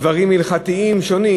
דברים הלכתיים שונים